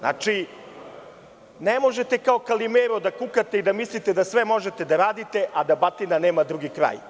Ne možete kao Kalimero da kukate i da mislite da sve možete da radite, a da batina nema drugi kraj.